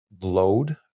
load